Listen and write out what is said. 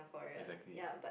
exactly